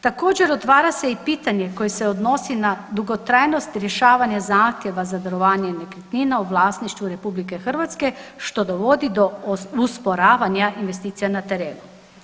Također otvara se i pitanje koje se odnosi na dugotrajnost rješavanja zahtjeva za darovanje nekretnina u vlasništvu RH, što dovodi do usporavanja investicija na terenu.